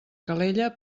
calella